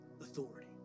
authority